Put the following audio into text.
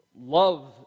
love